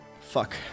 Fuck